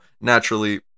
naturally